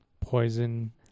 poison